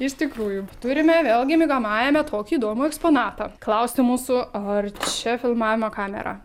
iš tikrųjų turime vėlgi migamajame tokį įdomų eksponatą klausti mūsų ar čia filmavimo kamera